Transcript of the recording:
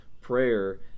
Prayer